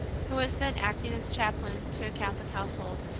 who was then acting as chaplain to a catholic household.